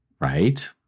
Right